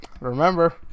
remember